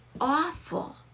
awful